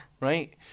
right